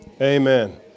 Amen